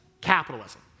capitalism